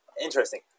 interesting